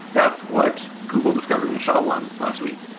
that's what google discovered in sha one last week.